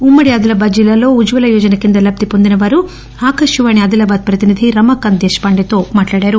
ఉమ్మడి అదిలాబాద్ జిల్లాలొని ఉజ్వల యోజన కింద లబ్ది పొందిన వారు అకాశావాణి అదిలాబాద్ ప్రతినిధి రమాకాంత్ దెశ్చాంని తొ మాట్లాడారు